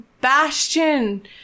bastion